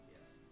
Yes